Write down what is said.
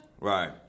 Right